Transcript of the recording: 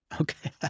okay